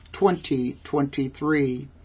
2023